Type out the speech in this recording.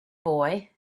boy